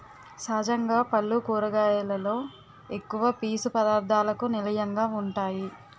సహజంగా పల్లు కూరగాయలలో ఎక్కువ పీసు పధార్ధాలకు నిలయంగా వుంటాయి